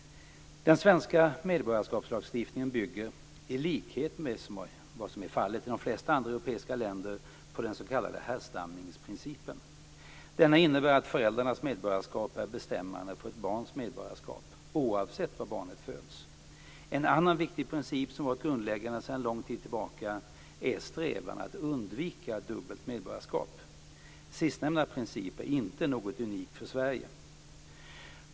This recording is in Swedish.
Den svenska medborgarskapslagstiftningen bygger, i likhet med vad som är fallet i de flesta andra europeiska länder, på den s.k. härstamningsprincipen. Denna innebär att föräldrarnas medborgarskap är bestämmande för ett barns medborgarskap, oavsett var barnet föds. En annan viktig princip som varit grundläggande sedan lång tid tillbaka är strävan att undvika dubbelt medborgarskap. Sistnämnda princip är inte något unikt för Sverige.